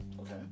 Okay